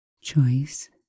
Choice